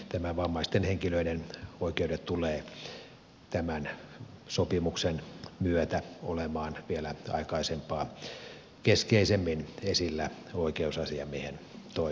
eli vammaisten henkilöiden oikeudet tulevat tämän sopimuksen myötä olemaan vielä aikaisempaa keskeisemmin esillä oikeusasiamiehen toiminnassa